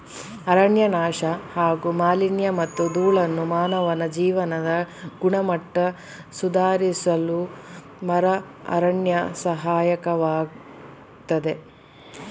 ಅರಣ್ಯನಾಶ ಹಾಗೂ ಮಾಲಿನ್ಯಮತ್ತು ಧೂಳನ್ನು ಮಾನವ ಜೀವನದ ಗುಣಮಟ್ಟ ಸುಧಾರಿಸಲುಮರುಅರಣ್ಯ ಸಹಾಯಕವಾಗ್ತದೆ